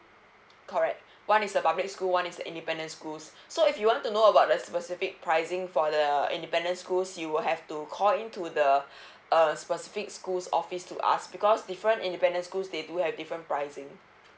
correct one is a public school one is an independent schools so if you want to know about the specific pricing for the independent schools you will have to call in to the uh specific school's office to ask because different independent schools they do have different pricing